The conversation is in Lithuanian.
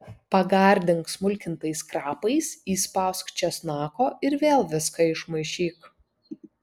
pagardink smulkintais krapais įspausk česnako ir vėl viską išmaišyk